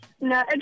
No